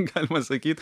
galima sakyt